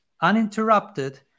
uninterrupted